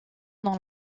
dans